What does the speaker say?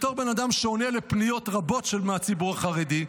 בתור בן אדם שעונה על פניות רבות מהציבור החרדי,